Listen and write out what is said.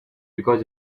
because